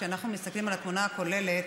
כשאנחנו מסתכלים על התמונה הכוללת,